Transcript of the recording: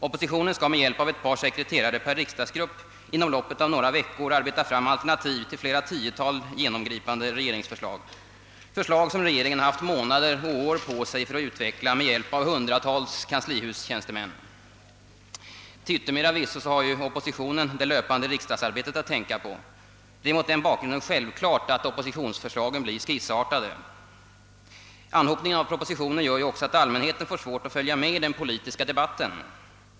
Oppositionen skall med hjälp av ett par sekreterare per riksdagsgrupp inom loppet av några veckor arbeta fram alternativ till flera tiotal genomgripande regeringsförslag — förslag som regeringen haft månader och år på sig för att utveckla med hjälp av hundratals kanslihustjänstemän. Till yttermera visso har oppositionen det löpande riksdagsarbetet att tänka på. Det är mot den bakgrunden självklart att oppositionsförslagen blir skissartade. Anhopningen av propositioner gör också att allmänheten får svårt att följa med i den politiska debatten.